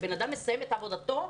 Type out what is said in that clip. בן אדם מסיים את העבודה שלו,